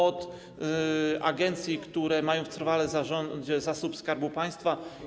Od agencji, które mają trwale w zarządzie zasób Skarbu Państwa.